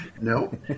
No